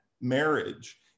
marriage